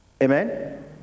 Amen